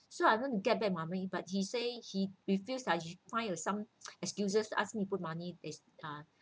so I wouldn't get back my money but he say he refused as he find some excuses ask me put money ah